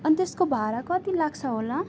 अनि त्यसको भाडा कति लाग्छ होला